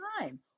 time